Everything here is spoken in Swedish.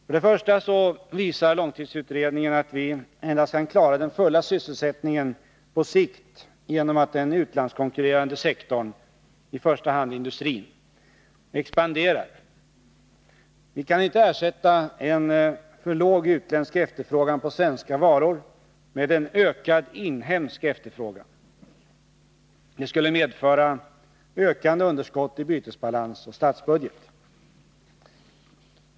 För det första visar långtidsutredningen att vi kan klara den fulla sysselsättningen på sikt endast genom att den utlandskonkurrerande sektorn, i första hand industrin, expanderar. Vi kan inte ersätta en för låg utländsk efterfrågan på svenska varor med en ökad inhemsk efterfrågan. Det skulle medföra ökande underskott i bytesbalans och statsbudget.